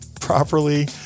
properly